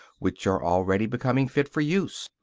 which are already becoming fit for use.